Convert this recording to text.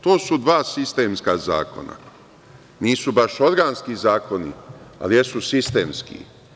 To su dva sistemska zakona, nisu baš organski zakoni, ali jesu sistemski.